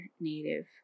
Native